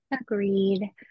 Agreed